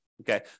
okay